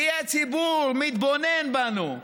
כי הציבור מתבונן בנו,